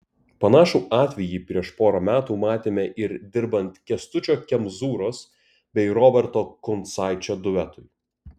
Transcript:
panašų atvejį prieš porą metų matėme ir dirbant kęstučio kemzūros bei roberto kuncaičio duetui